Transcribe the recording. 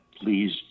please